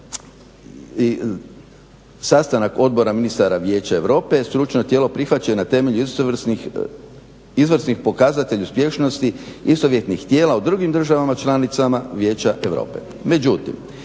sastanak Odbora ministara vijeća Europe je stručno tijelo prihvaća na temelju izvrsnih pokazatelja uspješnosti istovjetnih tijela u drugim državama članicama Vijeća Europe.